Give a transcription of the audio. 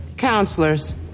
Counselors